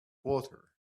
water